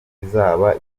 izaba